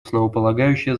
основополагающее